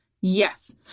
Yes